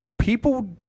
people